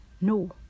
No